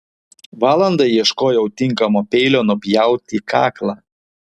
valandą ieškojau tinkamo peilio nupjauti kaklą